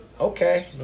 okay